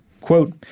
Quote